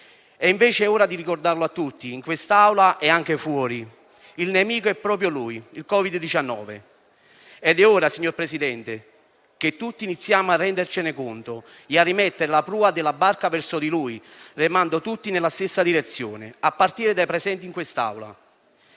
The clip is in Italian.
È invece ora di ricordarlo a tutti in quest'Aula e anche fuori: il nemico è proprio lui, il Covid-19. Ed è ora, signor Presidente, che tutti iniziamo a rendercene conto e a rimettere la prua della barca verso di lui, remando tutti nella stessa direzione, a partire dai presenti in quest'Aula.